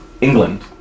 England